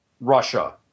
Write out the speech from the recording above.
Russia